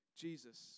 Jesus